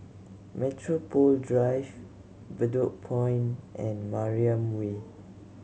Metropole Drive Bedok Point and Mariam Way